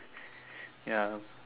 ya